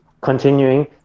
continuing